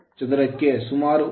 5 weber weber ಆಗಿದೆ